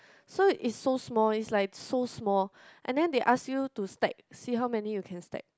so it's so small is like so small and then they ask you to stack see how many you can stack